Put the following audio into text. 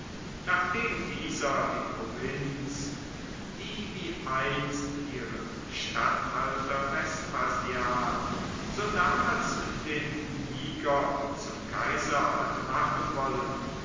nachdem dieser die provinz die wie einst ihren statthalter vespasian so damals den niger zum kaiser hatte machen wollen